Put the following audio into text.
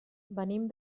venim